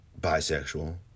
bisexual